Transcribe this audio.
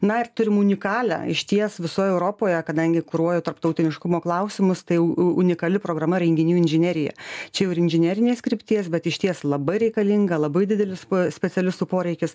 na ir turim unikalią išties visoj europoje kadangi kuruoju tarptautiniškumo klausimus tai unikali programa renginių inžinerija čia jau ir inžinerinės krypties bet išties labai reikalinga labai didelis specialistų poreikis